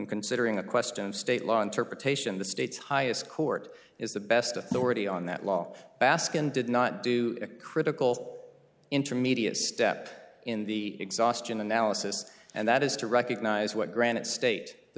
considering a question of state law interpretation the state's highest court is the best authority on that law baskin did not do a critical intermediate step in the exhaustion analysis and that is to recognize what granite state the